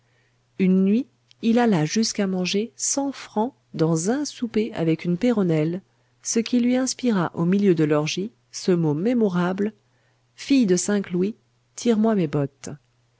une nuit il alla jusqu'à manger cent francs dans un souper avec une péronnelle ce qui lui inspira au milieu de l'orgie ce mot mémorable fille de cinq louis tire-moi mes bottes